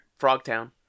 Frogtown